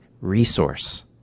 resource